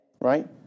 right